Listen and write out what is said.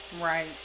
Right